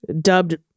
dubbed